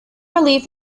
relief